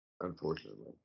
Unfortunately